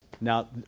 Now